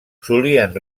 solien